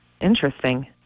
Interesting